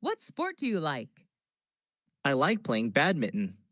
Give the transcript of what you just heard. what sport, do you like i like playing badminton